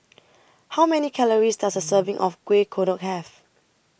How Many Calories Does A Serving of Kueh Kodok Have